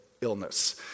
illness